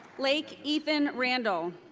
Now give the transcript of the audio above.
lake ethan randall.